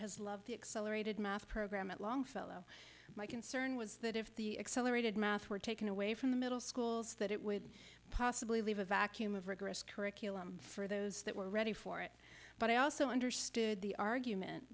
has loved the accelerated math program at longfellow my concern was that if the accelerated math were taken away from the middle schools that it would possibly leave a vacuum of rigorous curriculum for those that were ready for it but i also understood the argument